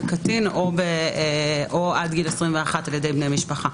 בקטין או עד גיל 21 על ידי בני משפחה.